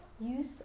use